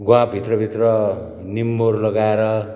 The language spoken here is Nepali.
गुवा भित्र भित्र निम्बुहरू लगाएर